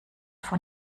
von